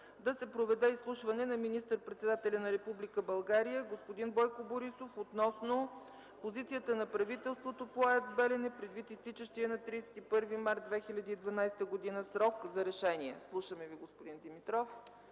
да се проведе изслушване на министър-председателя на Република България господин Бойко Борисов относно позицията на правителството по АЕЦ „Белене”, предвид изтичащия на 31 март 2012 г. срок за решение. Слушаме Ви, господин Димитров.